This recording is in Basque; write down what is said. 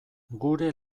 gure